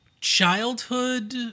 childhood